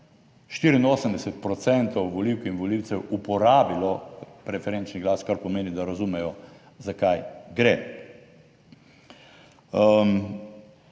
84 % volivk in volivcev uporabilo preferenčni glas, kar pomeni, da razumejo za kaj gre.